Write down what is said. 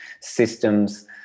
systems